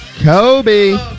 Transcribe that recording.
Kobe